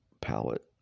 palette